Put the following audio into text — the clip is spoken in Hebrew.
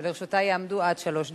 ולרשותה יעמדו עד שלוש דקות.